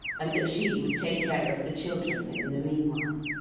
and that she would take care of the children in the meanwhile.